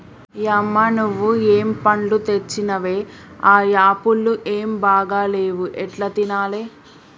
యమ్మ నువ్వు ఏం పండ్లు తెచ్చినవే ఆ యాపుళ్లు ఏం బాగా లేవు ఎట్లా తినాలే